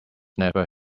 never